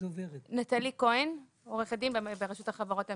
נתלי כהן, עו"ד ברשות החברות הממשלתיות.